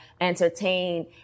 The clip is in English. entertain